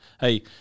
hey